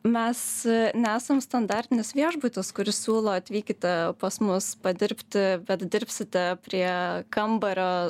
mes nesam standartinis viešbutis kuris siūlo atvykite pas mus padirbti bet dirbsite prie kambario